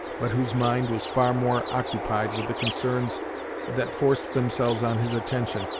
but whose mind was far more occupied with the concerns that forced themselves on his attention,